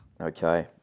Okay